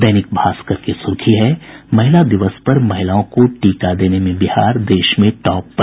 दैनिक भास्कर की सुर्खी है महिला दिवस पर महिलाओं को टीका देने में बिहार देश में टॉप पर